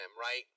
right